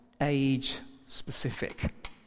age-specific